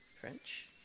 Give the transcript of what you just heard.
French